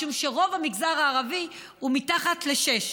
משום שרוב המגזר הערבי הוא מתחת ל-6,